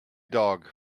dog